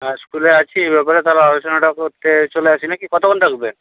হ্যাঁ স্কুলে আসি এই ব্যাপারে তাহলে আলোচনাটা করতে চলে আসি না কি কতক্ষণ থাকবেন